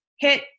hit